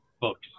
books